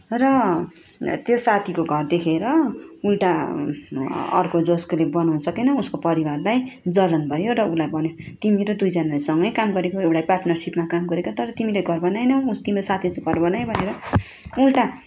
र त्यो साथीको घर देखेर उल्टा अर्को जसकोले बनाउनु सकेन उसको परिवारलाई जलन भयो र उसलाई भन्यो तिमी र दुईजना सँगै काम गरेको एउटै पार्ट्नरसिपमा काम गरेको तर तिमीले घर बनाएनौ तिम्रो साथीले चाहिँ घर बनायो भनेर उल्टा